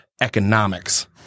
economics